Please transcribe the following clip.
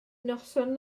noson